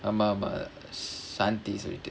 ஆமா ஆமா:aamaa aamaa shanti சொல்லிட்டு:sollittu